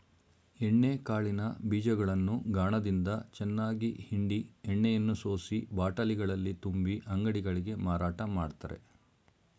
ಎಣ್ಣೆ ಕಾಳಿನ ಬೀಜಗಳನ್ನು ಗಾಣದಿಂದ ಚೆನ್ನಾಗಿ ಹಿಂಡಿ ಎಣ್ಣೆಯನ್ನು ಸೋಸಿ ಬಾಟಲಿಗಳಲ್ಲಿ ತುಂಬಿ ಅಂಗಡಿಗಳಿಗೆ ಮಾರಾಟ ಮಾಡ್ತರೆ